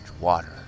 water